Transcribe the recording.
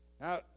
Now